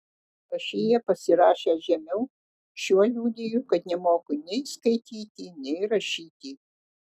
ašyje pasirašęs žemiau šiuo liudiju kad nemoku nei skaityti nei rašyti